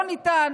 לא ניתן.